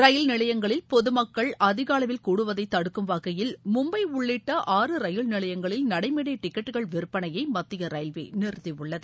ரயில் நிலையங்களில் பொதுமக்கள் அதிக அளவில் கூடுவதை தடுக்கும் வகையில் மும்பை உள்ளிட்ட ஆறு ரயில் நிலையங்களில் நடைமேடை டிக்கெட்டுகள் விற்பனையை மத்திய ரயில்வே நிறுத்தியுள்ளது